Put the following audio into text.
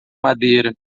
madeira